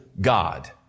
God